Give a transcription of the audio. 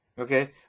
Okay